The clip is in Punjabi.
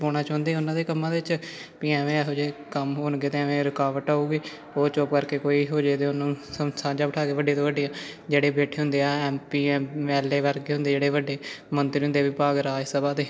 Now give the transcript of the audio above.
ਪਾਉਣਾ ਚਾਹੁੰਦੇ ਉਨ੍ਹਾਂ ਦੇ ਕੰਮਾਂ ਵਿੱਚ ਵੀ ਐਵੇਂ ਇਹੋ ਜਿਹੇ ਕੰਮ ਹੋਣਗੇ ਅਤੇ ਐਵੇਂ ਰੁਕਾਵਟ ਆਉਗੀ ਉਹ ਚੁੱਪ ਕਰ ਕੇ ਕੋਈ ਇਹੋ ਜਿਹੇ ਅਤੇ ਉਨ੍ਹਾਂ ਨੂੰ ਸਾਂਝਾ ਬਿਠਾ ਕੇ ਵੱਡੇ ਤੋਂ ਵੱਡੇ ਜਿਹੜੇ ਬੈਠੇ ਹੁੰਦੇ ਆ M P M L A ਵਰਗੇ ਹੁੰਦੇ ਜਿਹੜੇ ਵੱਡੇ ਮੰਤਰੀ ਹੁੰਦੇ ਵਿਭਾਗ ਰਾਜ ਸਭਾ ਦੇ